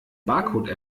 barcode